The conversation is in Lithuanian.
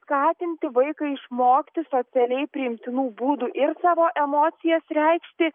skatinti vaiką išmokti socialiai priimtinų būdų ir savo emocijas reikšti